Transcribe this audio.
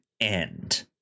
end